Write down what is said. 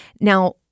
Now